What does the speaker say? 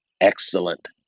excellent